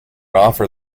offer